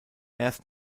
erst